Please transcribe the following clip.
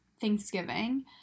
Thanksgiving